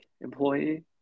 employee